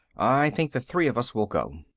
i think the three of us will go.